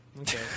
Okay